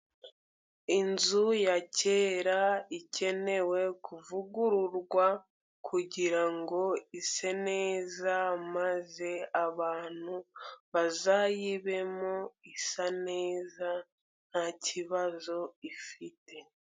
Inzu ya kera ikenewe kuvugururwa kugira ngo ise neza, maze abantu bazayibemo isa neza ntaki kibazo ifite.